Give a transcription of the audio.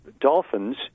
dolphins